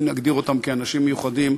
אם נגדיר אותם כאנשים מיוחדים,